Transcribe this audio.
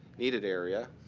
needed area.